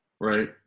right